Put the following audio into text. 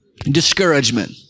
Discouragement